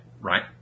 right